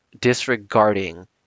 disregarding